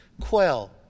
quell